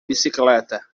bicicleta